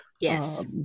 yes